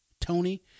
Tony